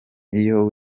iyo